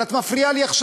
אבל את מפריעה לי עכשיו.